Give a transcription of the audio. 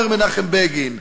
אומר מנחם בגין.